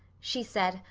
she said,